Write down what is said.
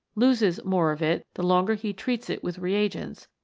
loses more of it the longer he treats it with reagents,